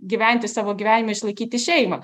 gyventi savo gyvenime išlaikyti šeimą